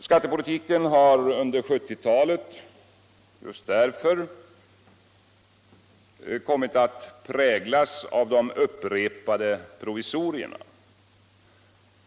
Skattepolitiken under 1970-talet har just därför kommit att präglas av de upprepade provisorierna.